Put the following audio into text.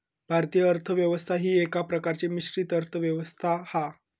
भारतीय अर्थ व्यवस्था ही एका प्रकारची मिश्रित अर्थ व्यवस्था हा